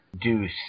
Deuce